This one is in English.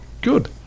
good